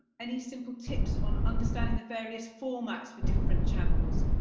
any simple tips on understanding the various formats for different channels?